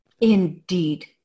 Indeed